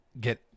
get